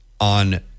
on